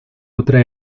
otra